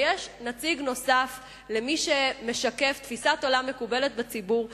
ויש נציג נוסף למי שמשקף תפיסת עולם מקובלת בציבור,